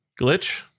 glitch